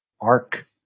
ARC